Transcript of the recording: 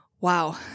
Wow